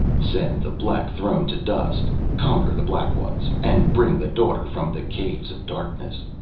send the black throne to dust conquer the black ones, and bring the daughter from the caves of darkness.